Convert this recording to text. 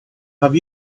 have